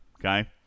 okay